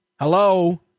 Hello